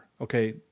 Okay